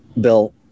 Bill